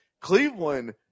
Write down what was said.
Cleveland